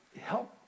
help